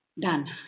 Done